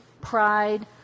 pride